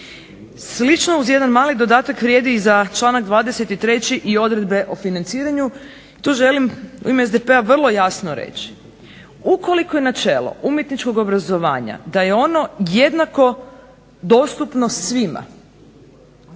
Slično uz jedan mali dodatak vrijedi i za članak 23. i odredbe o financiranju. Tu želim u ime SDP-a vrlo jasno reći, ukoliko je načelo umjetničkog obrazovanja da je ono jednako dostupno svima